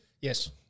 Yes